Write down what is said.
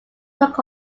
took